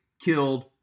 killed